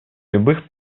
любых